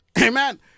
Amen